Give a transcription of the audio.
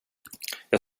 jag